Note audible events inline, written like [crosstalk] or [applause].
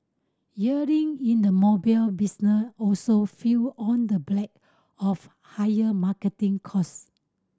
earning in the mobile [unintelligible] also fell on the black of higher marketing cost